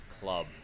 club